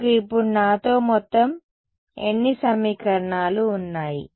మీకు ఇప్పుడు నాతో మొత్తం ఎన్ని సమీకరణాలు ఉన్నాయి